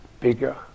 bigger